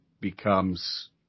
becomes